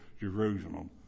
Jerusalem